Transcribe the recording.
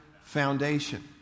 foundation